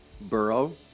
borough